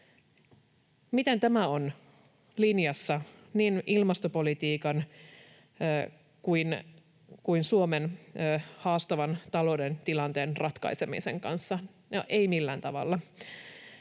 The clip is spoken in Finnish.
Miten tämä on linjassa niin ilmastopolitiikan kuin Suomen haastavan taloudellisen tilanteen ratkaisemisen kanssa? No, ei millään tavalla.